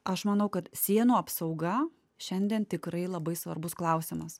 aš manau kad sienų apsauga šiandien tikrai labai svarbus klausimas